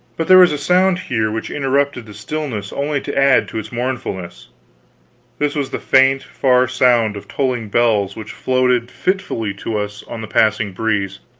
but there was a sound here which interrupted the stillness only to add to its mournfulness this was the faint far sound of tolling bells which floated fitfully to us on the passing breeze,